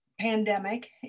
pandemic